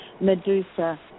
Medusa